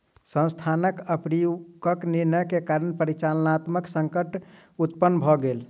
संस्थानक अपरिपक्व निर्णय के कारण परिचालनात्मक संकट उत्पन्न भ गेल